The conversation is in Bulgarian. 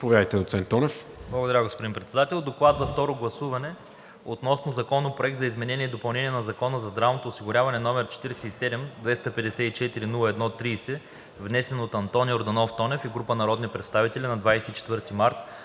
ДОКЛАДЧИК АНТОН ТОНЕВ: Благодаря, господин Председател. „Доклад за второ гласуване относно Законопроект за изменение и допълнение на Закона за здравното осигуряване, № 47-254-01-30, внесен от Антон Йорданов Тонев и група народни представители на 24 март